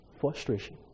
frustration